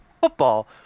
football